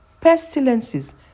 Pestilences